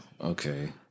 okay